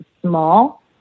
small